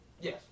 Yes